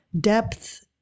depth